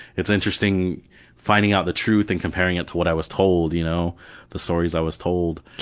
it's interesting finding out the truth and comparing it to what i was told, you know the stories i was told.